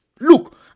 Look